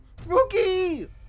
Spooky